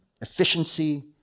efficiency